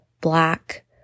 black